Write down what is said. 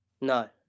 No